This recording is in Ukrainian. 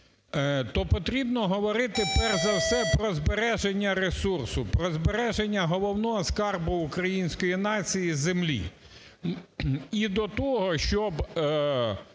то потрібно говорити перш за все про збереження ресурсу, про збереження головного скарбу української нації – землі. І до того, щоб